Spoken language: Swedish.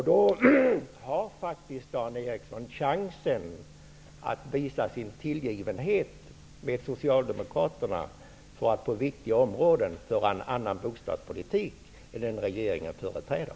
Då har fatiskt Dan Eriksson i Stockholm chansen att visa sin tillgivenhet med Socialdemokraterna och på viktiga områden föra en annan bostadspolitik än den regeringen företräder.